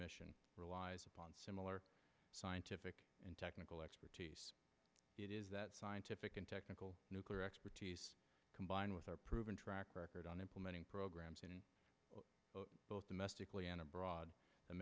mission relies upon similar scientific and technical expertise it is that scientific and technical nuclear expertise combined with our proven track record on implementing programs in both domestically and abroad